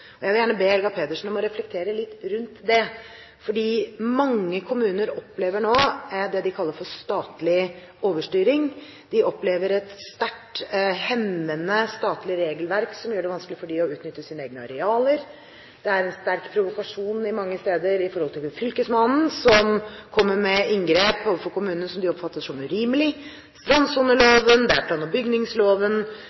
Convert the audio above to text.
melding jeg ønsker velkommen. Jeg vil gjerne be Helga Pedersen om å reflektere litt rundt det, fordi mange kommuner opplever nå det de kaller statlig overstyring. De opplever et sterkt hemmende statlig regelverk som gjør det vanskelig for dem å utnytte sine egne arealer. Det er en sterk provokasjon mange steder når det gjelder fylkesmannen som kommer med inngrep overfor kommunene, som de oppfatter som